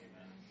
Amen